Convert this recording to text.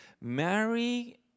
Mary